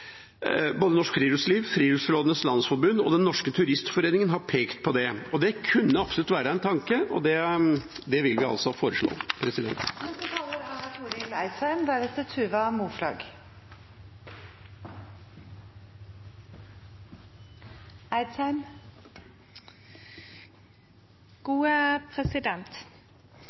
Både Norsk Friluftsliv, Friluftsrådenes Landsforbund og Den Norske Turistforening har pekt på det. Det kunne absolutt være en tanke, og det vil vi altså foreslå. I folkehelsemeldinga går det fram at både førebygging av einsemd og mindre sosial ulikskap i helse er